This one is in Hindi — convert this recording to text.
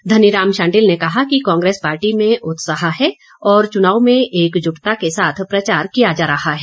धनीराम शांडिल ने कहा कि कांग्रेस पार्टी में उत्साह है और चुनाव में एकजुटता के साथ प्रचार किया जा रहा है